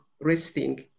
resting